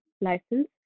License